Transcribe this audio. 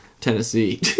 Tennessee